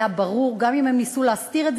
ברשותך רק, אם אתה יכול להישאר,